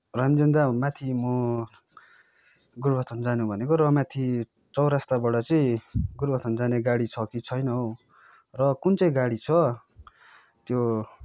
रन्जन दा माथि म गोरुबथान जाने भनेको र माथि चौरस्ताबाट चाहिँ गोरुबथान जाने गाडी छ कि छैन हो र कुन चाहिँ छ त्यो